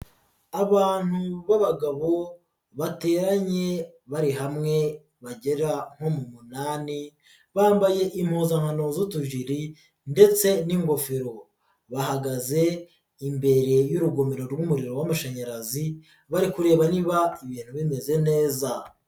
Abantu b'abagabo bateranye bari hamwe bagera nko mu munani bambaye impuzankano utujiri ndetse n'ingofero, bahagaze imbere y'urugomero rw'umuriro w'amashanyarazi bari kureba niba ibintu bimeze neza.